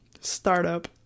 Startup